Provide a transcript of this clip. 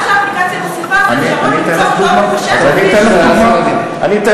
מה שהאפליקציה מוסיפה זה אפשרות למצוא כתובת ושם לפי השבב.